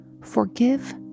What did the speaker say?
forgive